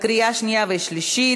קריאה שנייה ושלישית.